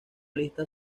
lista